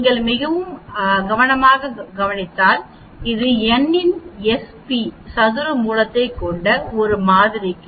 நீங்கள் மிகவும் பார்த்தால் கவனமாக இது n இன் Sp சதுர மூலத்தைக் கொண்ட ஒரு மாதிரிக்கு